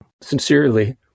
sincerely